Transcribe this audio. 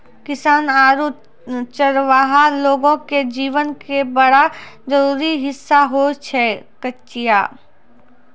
किसान आरो चरवाहा लोगो के जीवन के बड़ा जरूरी हिस्सा होय छै कचिया